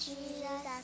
Jesus